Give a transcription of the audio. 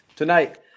Tonight